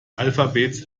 alphabets